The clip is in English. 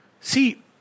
See